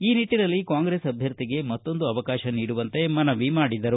ಈ ನಿಟ್ಟನಲ್ಲಿ ಕಾಂಗ್ರೆಸ್ ಅಭ್ಯರ್ಥಿಗೆ ಮತ್ತೊಂದು ಅವಕಾಶ ನೀಡುವಂತೆ ಮನವಿ ಮಾಡಿದರು